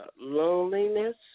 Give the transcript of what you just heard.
loneliness